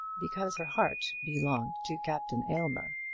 because her heart belonged to captain aylmer.